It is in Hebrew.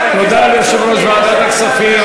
תודה ליושב-ראש ועדת הכספים.